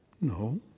No